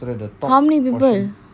how many people